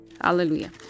hallelujah